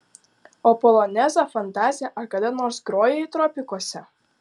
o polonezą fantaziją ar kada nors grojai tropikuose